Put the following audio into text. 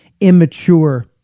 immature